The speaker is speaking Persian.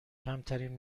کمترین